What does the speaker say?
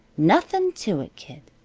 nothin' to it, kid.